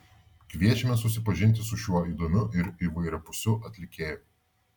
kviečiame susipažinti su šiuo įdomiu ir įvairiapusiu atlikėju